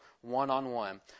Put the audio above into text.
one-on-one